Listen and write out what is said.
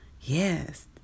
yes